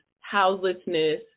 houselessness